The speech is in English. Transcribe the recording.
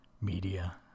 Media